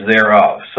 thereof